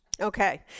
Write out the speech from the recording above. Okay